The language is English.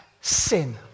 sin